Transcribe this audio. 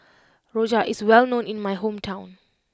Rojak is well known in my hometown